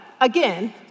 again